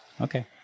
Okay